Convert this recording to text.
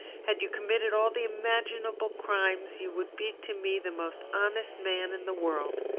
had you committed all the imaginable crimes you would be to me the most honest man in the world.